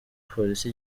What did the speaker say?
polisi